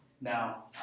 Now